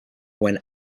when